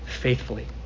faithfully